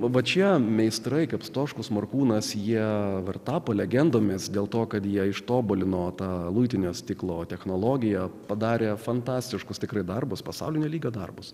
va va čia meistrai kaip stoškus morkūnas jie va ir tapo legendomis dėl to kad jie ištobulino tą luitinio stiklo technologiją padarę fantastiškus tikrai darbus pasaulinio lygio darbus